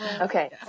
Okay